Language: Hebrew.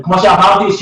כמו שאמרתי,